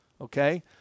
Okay